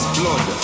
blood